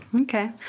Okay